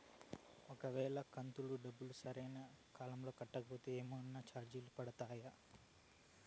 ఒక వేళ కంతు డబ్బు సరైన కాలంలో కట్టకపోతే ఏమన్నా చార్జీలు ఉండాయా?